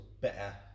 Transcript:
better